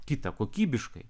kita kokybiškai